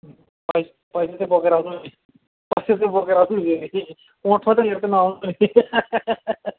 पैसा चाहिँ बोकेर आउनु नि पैसा चाहिँ बोकेर आउनु नि फेरि ओठ मात्रै लिएर चाहिँ नआउनु नि